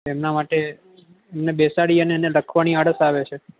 એમના માટે એમને બેસાડીને એને લખવાની આળસ આવે છે